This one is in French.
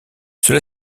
cela